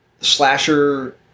Slasher